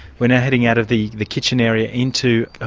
we're now heading out of the the kitchen area into,